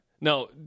No